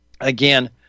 Again